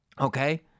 Okay